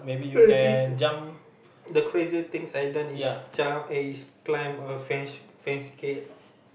crazy th~ the craziest thing I done is jump eh is climb a fancy fancy gate